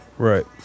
Right